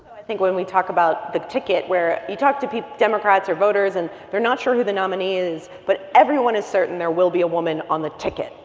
i think, when we talk about the ticket, where you talk to democrats or voters, and they're not sure who the nominee is, but everyone is certain there will be a woman on the ticket,